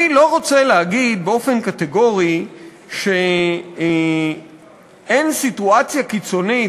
אני לא רוצה להגיד באופן קטגורי שאין סיטואציה קיצונית,